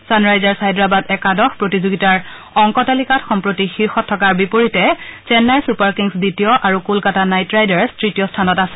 Sunrisers Hyderabad একাদশ প্ৰতিযোগিতাৰ অংক তালিকাত সম্প্ৰতি শীৰ্ষত থকাৰ বিপৰীতে চেন্নাই ছুপাৰ কিংছ দ্বিতীয় আৰু কলকাতা নাইট ৰাইডাৰ্ছ তৃতীয় স্থানত আছে